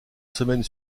semaines